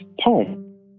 poem